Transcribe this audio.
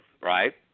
right